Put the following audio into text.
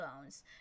bones